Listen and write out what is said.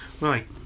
Right